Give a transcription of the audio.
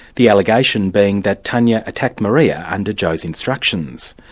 the allegation being that tania attacked maria under joe's instructions.